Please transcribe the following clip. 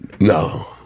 No